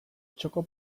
txoko